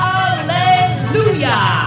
Hallelujah